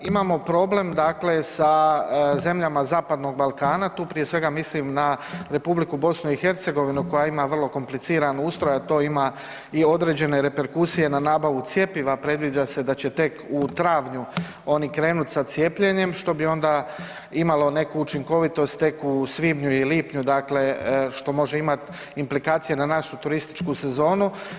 Imamo problem dakle sa zemljama zapadnog Balkana tu prije svega mislim na Republiku BiH koja ima vrlo kompliciran ustroj, a to ima i određene reperkusije na nabavu cjepiva, predviđa se da će tek u travnju oni krenuti sa cijepljenjem što bi onda imalo neku učinkovitost tek u svibnju i lipnju, dakle što može imati implikacije na našu turističku sezonu.